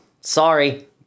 Sorry